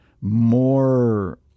more